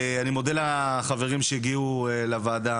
אני מודה לחברים שהגיעו לוועדה.